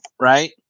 right